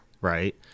right